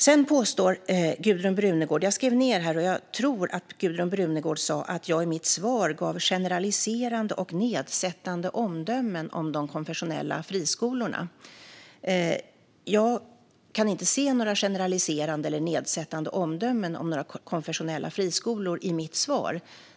Jag tror att Gudrun Brunegård sa - jag skrev ned här - att jag i mitt svar gav generaliserande och nedsättande omdömen om de konfessionella friskolorna. Jag kan inte se några generaliserande eller nedsättande omdömen om några konfessionella friskolor i mitt svar.